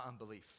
unbelief